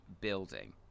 building